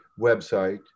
website